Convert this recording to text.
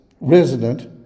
resident